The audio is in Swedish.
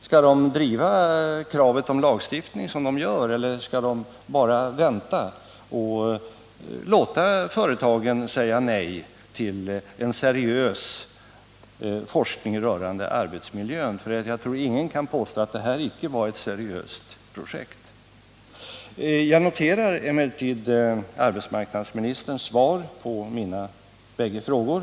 Skall man driva kravet på lagstiftning, som man gör, eller skall man bara vänta och låta företagen säga nej till en seriös forskning rörande arbetsmiljön? Jag tror nämligen inte att någon kan påstå att detta icke var ett seriöst projekt. Jag noterar emellertid arbetsmarknadsministerns svar på mina bägge frågor.